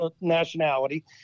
nationality